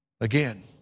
Again